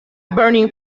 burning